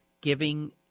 giving